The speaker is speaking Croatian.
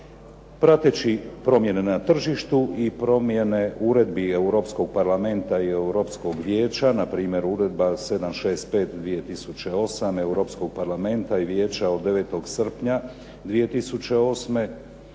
Prateći promjene na tržištu i promjene uredbi Europskog parlamenta i Europskog vijeća npr. Uredba 765/2008 Europskog parlamenta i vijeća od 9. srpnja 2008.